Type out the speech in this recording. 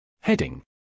Heading